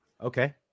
Okay